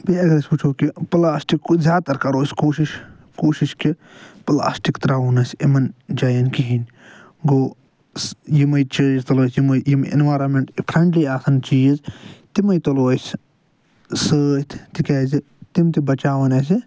بییٚہِ اگر أسۍ وُچھو کہِ پُلاسٹِک زیادٕ تر کَرو أسۍ کوٗشِش کوٗشِش کہِ پُلاسٹِک ترٛاوَو نہٕ أسۍ یِمن جایَن کہیٖنٛۍ گوٚو یِمے چیٖز تُلو یِم یِم اینوارانمٮ۪نٛٹ فرینٛڈلی آسن چیٖز تِمے تُلو أسۍ سۭتۍ تِکیٛازِ تِم تہِ بچاون اَسہِ